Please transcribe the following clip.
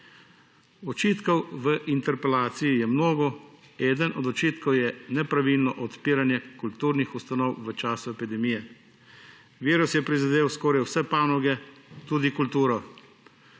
Očitkov v interpelaciji je mnogo. Eden od očitkov je nepravilno odpiranje kulturnih ustanov v času epidemije. Virus je prizadel skoraj vse panoge, tudi kulturo.